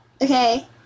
Okay